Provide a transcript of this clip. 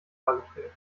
dargestellt